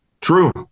True